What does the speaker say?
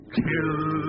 kill